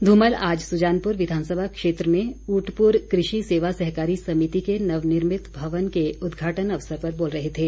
धूमल आज सुजानपुर विधानसभा क्षेत्र में ऊटपुर कृषि सेवा सहकारी समिति के नवनिर्मित भवन के उद्घाटन अवसर पर बोल रहे थे